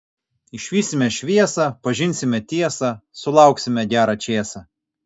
išvysime šviesą pažinsime tiesą sulauksime gerą čėsą